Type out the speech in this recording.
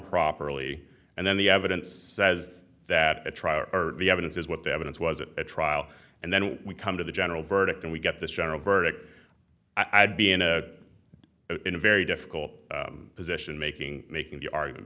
properly and then the evidence says that the trial are the evidence is what the evidence was it at trial and then when we come to the general verdict and we get this general verdict i'd be in a in a very difficult position making making the argument